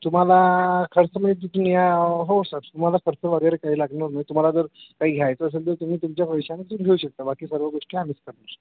तुम्हाला खर्च म्हणजे तुम्ही या हो सर तुम्हाला खर्च वगैरे काही लागणार नाही तुम्हाला जर काही घ्यायचं असेल तर तुम्ही तुमच्या पैशानी तुम्ही घेऊ शकता बाकी सर्व गोष्टी आम्हीच करणार